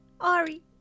Ari